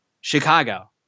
Chicago